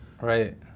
Right